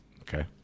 Okay